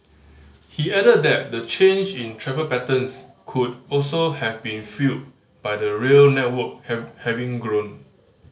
he added that the change in travel patterns could also have been fuelled by the rail network have having grown